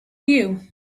you